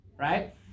Right